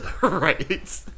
Right